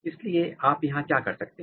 इसलिए आप यहां क्या कर सकते हैं